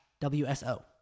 WSO